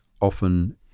often